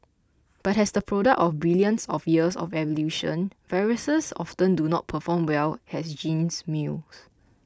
but as the product of billions of years of evolution viruses often do not perform well as gene mules